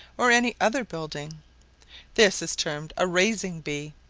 or any other building this is termed a raising bee.